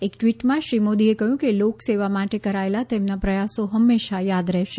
એક ટ્વીટમાં શ્રી મોદીએ કહ્યું કે લોકસેવા માટે કરાયેલા તેમના પ્રયાસો હંમેશા યાદ રહેશે